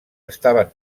estaven